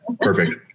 Perfect